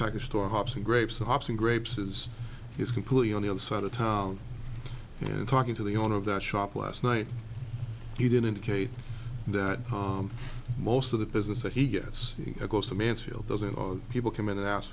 package store hops in grapes of hops and grapes is is completely on the other side of town and talking to the owner of that shop last night he didn't indicate that most of the business that he gets goes to mansfield doesn't people come in and ask